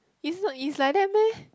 is not is like that meh